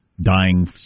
Dying